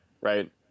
right